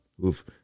who've